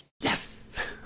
Yes